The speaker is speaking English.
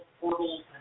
Portals